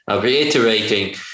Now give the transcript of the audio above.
reiterating